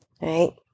right